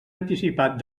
anticipat